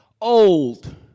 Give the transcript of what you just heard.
old